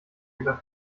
über